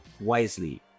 wisely